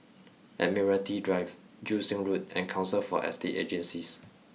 Admiralty Drive Joo Seng Road and Council for Estate Agencies